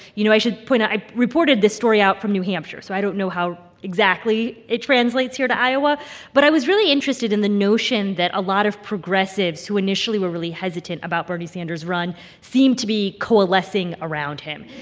you know, i should point out i reported this story out from new hampshire, so i don't know how exactly it translates here to iowa but i was really interested in the notion that a lot of progressives progressives who initially were really hesitant about bernie sanders' run seemed to be coalescing around him.